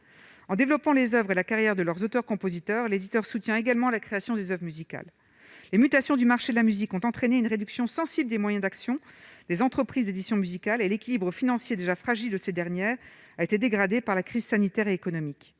en développant les Oeuvres la carrière de leurs auteurs compositeurs, l'éditeur soutient également la création des Oeuvres musicales et mutations du marché de la musique ont entraîné une réduction sensible des moyens d'action, les entreprises d'édition musicale et l'équilibre financier déjà fragile de ces dernières a été dégradé par la crise sanitaire et économique,